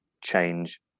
change